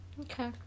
Okay